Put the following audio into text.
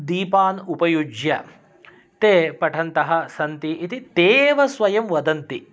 दीपान् उपयुज्य ते पठन्तः सन्ति इति ते एव स्वयं वदन्ति